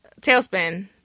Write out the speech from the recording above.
Tailspin